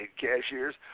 cashiers